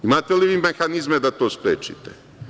Imate li vi mehanizme da to sprečite?